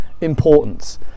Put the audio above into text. importance